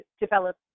develop